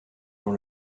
dans